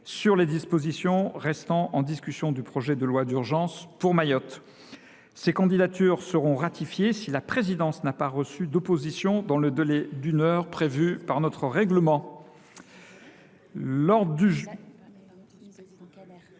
sur les dispositions restant en discussion du projet de loi d’urgence pour Mayotte ont été publiées. Ces candidatures seront ratifiées si la présidence n’a pas reçu d’opposition dans le délai d’une heure prévu par notre règlement.